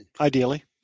ideally